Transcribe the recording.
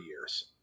years